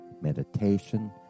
meditation